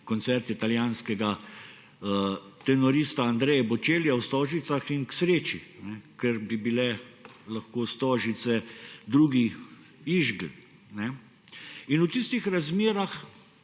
koncert italijanskega tenorista Andree Bocellija v Stožicah, k sreči, ker bi bile lahko Stožice drugi Ischgl. V tistih razmerah,